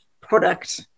product